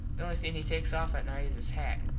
the only thing he takes off at nite is his hat.